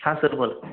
हां सर बोला